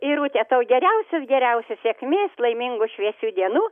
irute tau geriausios geriausios sėkmės laimingų šviesių dienų